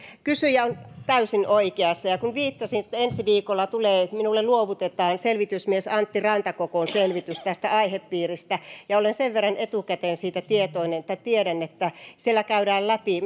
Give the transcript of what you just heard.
kysyjä on täysin oikeassa ja kun viittasin että ensi viikolla minulle luovutetaan selvitysmies antti rantakokon selvitys tästä aihepiiristä niin olen sen verran etukäteen siitä tietoinen tai tiedän että siellä käydään läpi